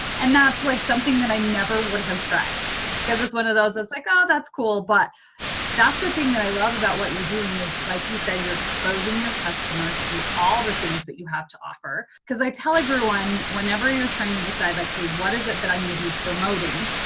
and that's like something that i never would have tried because it's one of those that's like, oh, that's cool. but that's the thing that i love about what you're doing is like you said, you're exposing your customers to all the things that you have to offer. because i tell everyone whenever you're trying to decide, like, what is it that i'm going to be promoting?